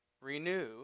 renew